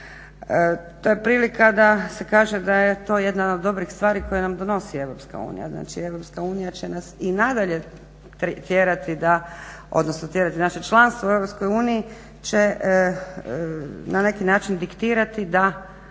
To je prilika da se kaže da je to jedna od dobrih stvari koje nam donosi EU. Znači EU će nas i nadalje tjerati da, odnosno tjerati naše članstvo u EU, će na neki način diktirati da